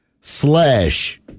slash